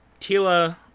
Tila